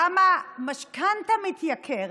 גם המשכנתה מתייקרת.